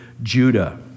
Judah